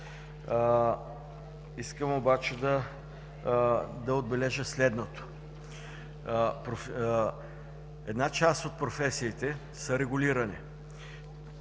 Искам обаче да отбележа следното. Една част от професиите са регулирани.